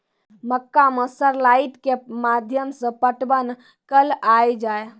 मक्का मैं सर लाइट के माध्यम से पटवन कल आ जाए?